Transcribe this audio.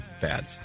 bad